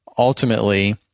Ultimately